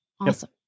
Awesome